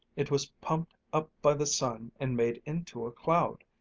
it was pumped up by the sun and made into a cloud,